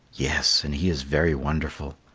yes, and he is very wonderful.